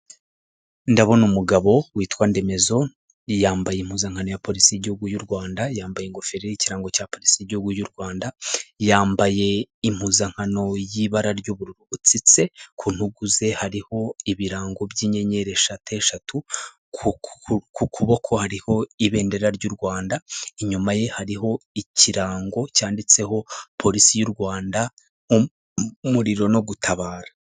Ndabona umugabo witwa Ndemezo yambaye impuzankano ya polisi y'igihugu y'u Rwanda, yambaye ingofero y'ikirango cya polisi y'igihugu y'u Rwanda, yambaye impuzankano y'ibara ry'ubururu butsitse ku ntugu ze hariho ibirango by'inyenyeri eshatu, ku kuboko hariho ibendera ry'u Rwanda, inyuma ye hariho ikirango cyanditseho polisi y'u Rwanda n'umuriro no gutabara.